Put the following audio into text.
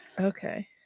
Okay